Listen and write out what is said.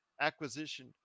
acquisition